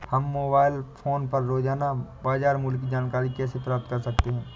हम mobile phone पर रोजाना बाजार मूल्य की जानकारी कैसे प्राप्त कर सकते हैं?